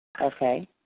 Okay